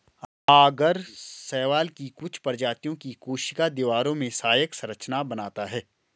आगर शैवाल की कुछ प्रजातियों की कोशिका दीवारों में सहायक संरचना बनाता है